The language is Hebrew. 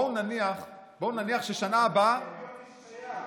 בואו נניח שבשנה הבאה ------ מי ששייך.